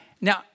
Now